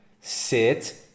sit